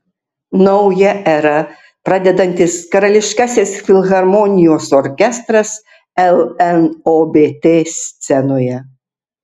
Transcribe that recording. naują erą pradedantis karališkasis filharmonijos orkestras lnobt scenoje